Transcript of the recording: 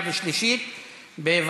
התשע"ו 2016,